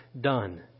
done